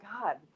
God